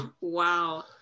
Wow